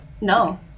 No